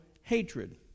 hatred